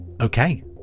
Okay